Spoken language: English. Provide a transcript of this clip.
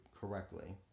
correctly